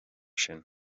sin